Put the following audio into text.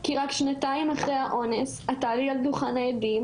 כי רק שנתיים אחרי האונס את תעלי על דוכן העדים